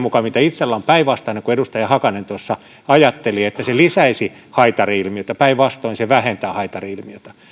mukaan mitä itsellä on päinvastainen kuin mitä edustaja hakanen tuossa ajatteli että se lisäisi haitari ilmiötä päinvastoin se vähentää haitari ilmiötä